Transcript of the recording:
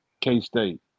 K-State